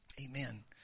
Amen